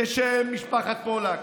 בשם משפחת פולק,